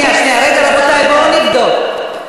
רגע, רבותי, בואו נבדוק.